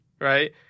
right